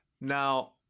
Now